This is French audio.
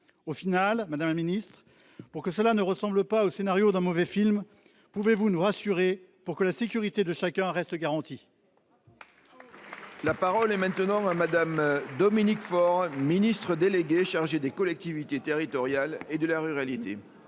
Au final, madame la ministre, pour que cela ne ressemble pas au scénario d’un mauvais film, pouvez vous nous rassurer pour que la sécurité de chacun reste garantie ? La parole est à Mme la ministre déléguée chargée des collectivités territoriales et de la ruralité.